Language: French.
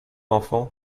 enfant